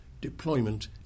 deployment